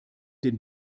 den